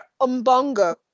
umbongo